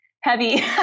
heavy